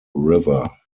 river